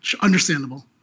Understandable